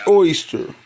oyster